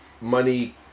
money